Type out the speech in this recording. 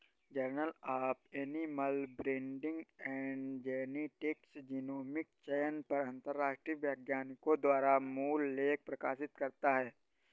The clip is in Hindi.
journal of animal breeding and genetics genomic चयन पर अंतरराष्ट्रीय वैज्ञानिकों द्वारा मूल लेख प्रकाशित करता है